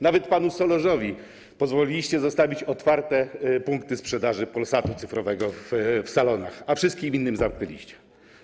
Nawet panu Solorzowi pozwoliliście zostawić otwarte punkty sprzedaży Polsatu Cyfrowego w salonach, a wszystkim innym zamknęliście.